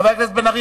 חבר הכנסת בן-ארי,